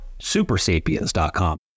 supersapiens.com